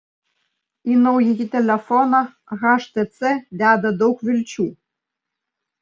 į naująjį telefoną htc deda daug vilčių